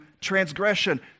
transgression